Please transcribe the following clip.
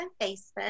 Facebook